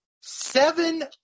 Seven